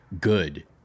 good